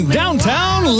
downtown